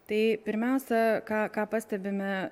tai pirmiausia ką ką pastebime